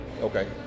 Okay